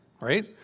right